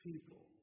people